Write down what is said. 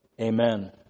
amen